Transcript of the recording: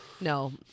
No